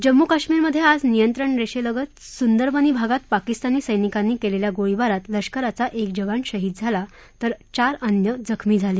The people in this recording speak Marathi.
जम्मू आणि कश्मीरमध्ये आज नियंत्रण रेषेलगत सुंदरबनी भागात पाकिस्तानी सैनिकांनी केलेल्या गोळीबारात लष्कराचा एक जवान शहीद झाला तर चार अन्य जण जखमी झाले